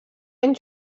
han